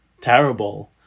terrible